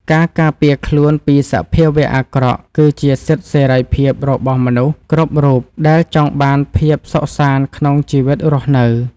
ការការពារខ្លួនពីសភាវៈអាក្រក់គឺជាសិទ្ធិសេរីភាពរបស់មនុស្សគ្រប់រូបដែលចង់បានភាពសុខសាន្តក្នុងជីវិតរស់នៅ។